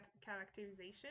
characterization